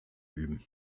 üben